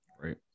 Right